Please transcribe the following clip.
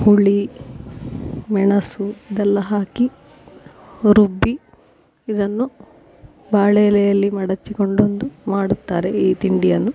ಹುಳಿ ಮೆಣಸು ಇದೆಲ್ಲ ಹಾಕಿ ರುಬ್ಬಿ ಇದನ್ನು ಬಾಳೆಎಲೆಯಲ್ಲಿ ಮಡಚಿಕೊಂಡೊಂದು ಮಾಡುತ್ತಾರೆ ಈ ತಿಂಡಿಯನ್ನು